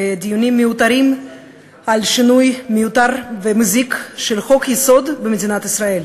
בדיונים מיותרים על שינוי מיותר ומזיק של חוק-יסוד במדינת ישראל.